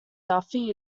duffy